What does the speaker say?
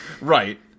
Right